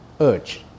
urge